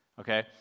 Okay